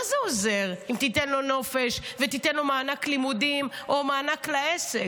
מה זה עוזר אם תיתן לו נופש ותיתן לו מענק לימודים או מענק לעסק,